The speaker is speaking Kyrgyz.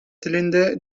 тилинде